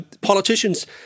politicians